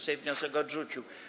Sejm wniosek odrzucił.